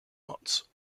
lots